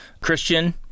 Christian